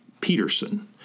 Peterson